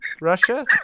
Russia